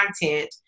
content